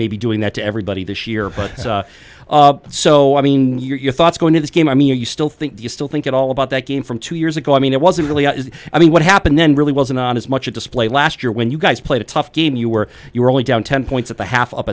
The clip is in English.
maybe doing that to everybody this year but so i mean your thoughts going to the game i mean you still think do you still think at all about that game from two years ago i mean it wasn't really i mean what happened then really wasn't on as much a display last year when you guys played a tough game you were you were only down ten points at the half